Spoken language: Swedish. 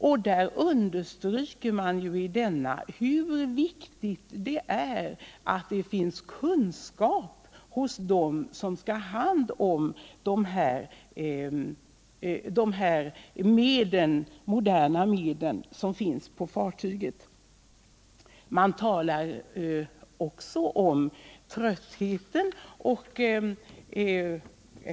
Och i rapporten understryker man hur viktigt det är att det finns kunskap hos dem som skall ha hand om de moderna medel som finns på ett fartyg. Man talar också om trötthet.